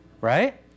right